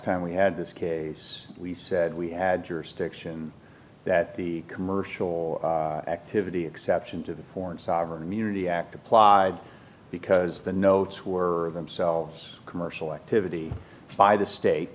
time we had this case we said we add jurisdiction that the commercial activity exception to the foreign sovereign immunity act applied because the notes were themselves commercial activity